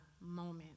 moment